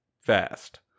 fast